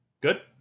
Good